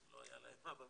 לא היה להם אבא ואמא,